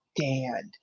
stand